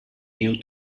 new